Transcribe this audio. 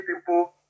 people